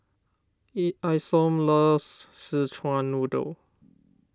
Isom loves Szechuan Noodle